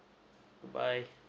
goodbye